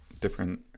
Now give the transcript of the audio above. different